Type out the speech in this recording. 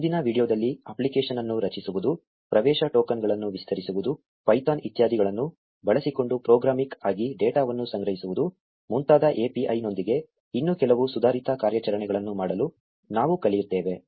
ಮುಂದಿನ ವೀಡಿಯೊದಲ್ಲಿ ಅಪ್ಲಿಕೇಶನ್ ಅನ್ನು ರಚಿಸುವುದು ಪ್ರವೇಶ ಟೋಕನ್ಗಳನ್ನು ವಿಸ್ತರಿಸುವುದು ಪೈಥಾನ್ ಇತ್ಯಾದಿಗಳನ್ನು ಬಳಸಿಕೊಂಡು ಪ್ರೋಗ್ರಾಮಿಕ್ ಆಗಿ ಡೇಟಾವನ್ನು ಸಂಗ್ರಹಿಸುವುದು ಮುಂತಾದ API ನೊಂದಿಗೆ ಇನ್ನೂ ಕೆಲವು ಸುಧಾರಿತ ಕಾರ್ಯಾಚರಣೆಗಳನ್ನು ಮಾಡಲು ನಾವು ಕಲಿಯುತ್ತೇವೆ